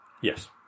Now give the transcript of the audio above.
Yes